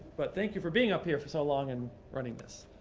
but thank you for being up here for so long and running this.